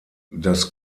das